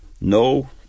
no